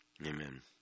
amen